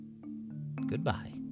Goodbye